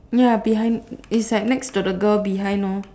ya behind is like next to the girl behind lor